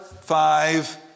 five